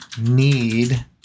need